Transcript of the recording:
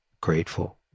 grateful